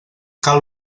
cal